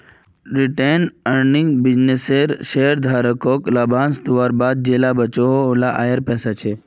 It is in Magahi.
रिटेंड अर्निंग बिज्नेसेर शेयरधारकोक लाभांस दुआर बाद जेला बचोहो उला आएर पैसा छे